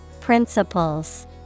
Principles